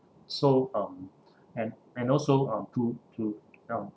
so um and and also uh to to um